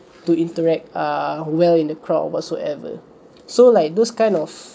to interact uh well in the crowd whatsoever so like those kind of